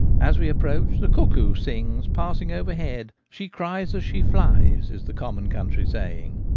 as we approach, the cuckoo sings passing over head she cries as she flies is the common country saying.